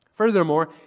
Furthermore